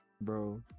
bro